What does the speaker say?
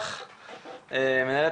יש צוות אחד שהתעסק בחינוך, מניעה